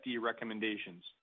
recommendations